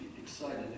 excited